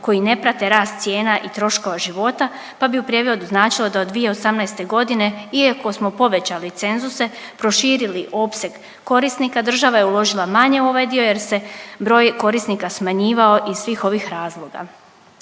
koji ne prate rast cijena i troškova života pa bi u prijevodu značilo da od 2018. godine iako smo povećali cenzuse, proširili opseg korisnika država je uložila manje u ovaj dio, jer se broj korisnika smanjivao iz svih ovih razloga.